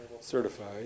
certified